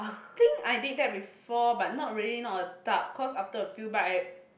think I did that before but not really not a tub cause after a few bite